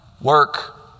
Work